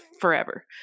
forever